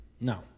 No